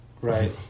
Right